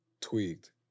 tweaked